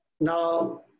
now